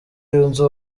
yunze